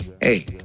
hey